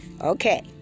Okay